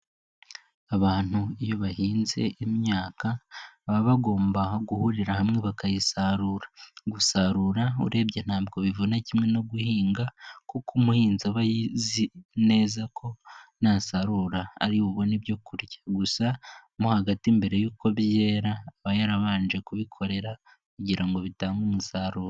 Abantu iyo bahinze imyaka baba bagomba guhurira hamwe bakayisarura, gusarura urebye ntabwo bivuna kimwe no guhinga kuko umuhinzi abayizi neza ko nasarura ari bubone ibyo kurya. Gusa mo hagati mbere y'uko byera aba yarabanje kubikorera kugira ngo bitange umusaruro.